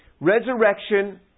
Resurrection